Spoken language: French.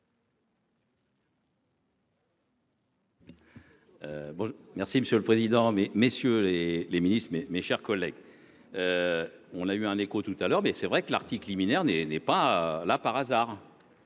merci Monsieur le Président. Mais messieurs les les ministres, mes chers collègues. On a eu un écho tout à l'heure mais c'est vrai que l'article liminaire n'est n'est pas là par hasard.